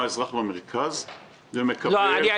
האזרח במרכז ומקבל רק שליש מן השירותים,